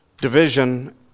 Division